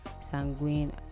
sanguine